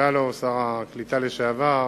שר הקליטה לשעבר,